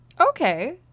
Okay